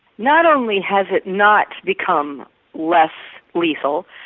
not only has it not become less lethal,